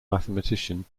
mathematician